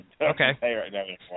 Okay